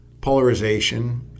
Polarization